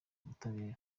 ubutabera